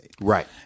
Right